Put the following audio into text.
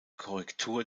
korrektur